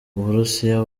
uburusiya